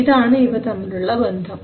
ഇതാണ് ഇവ തമ്മിലുള്ള ബന്ധം